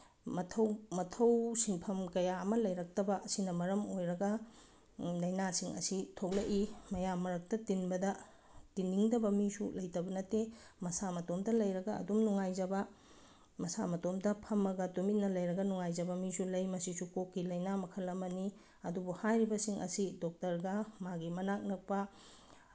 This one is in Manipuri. ꯃꯊꯧ ꯃꯊꯧ ꯁꯤꯟꯐꯝ ꯀꯌꯥ ꯑꯃ ꯂꯩꯔꯛꯇꯕ ꯑꯁꯤꯅ ꯃꯔꯝ ꯑꯣꯏꯔꯒ ꯂꯥꯏꯅꯥꯁꯤꯡ ꯑꯁꯤ ꯊꯣꯛꯂꯛꯏ ꯃꯌꯥꯝ ꯃꯔꯛꯇ ꯇꯤꯟꯕꯗ ꯇꯤꯟꯅꯤꯡꯗꯕ ꯃꯤꯁꯨ ꯂꯩꯇꯕ ꯅꯠꯇꯦ ꯃꯁꯥ ꯃꯇꯣꯝꯇ ꯂꯩꯔꯒ ꯑꯗꯨꯝ ꯅꯨꯡꯉꯥꯏꯖꯕ ꯃꯁꯥ ꯃꯇꯣꯝꯇ ꯐꯝꯃꯒ ꯇꯨꯃꯤꯟꯅ ꯂꯩꯔꯒ ꯅꯨꯡꯉꯥꯏꯖꯕ ꯃꯤꯁꯨ ꯂꯩ ꯃꯁꯤꯁꯨ ꯀꯣꯛꯀꯤ ꯂꯥꯏꯅꯥ ꯃꯈꯜ ꯑꯃꯅꯤ ꯑꯗꯨꯕꯨ ꯍꯥꯏꯔꯤꯕꯁꯤꯡ ꯑꯁꯤ ꯗꯣꯛꯇꯔꯒ ꯃꯥꯒꯤ ꯃꯅꯥꯛ ꯅꯛꯄ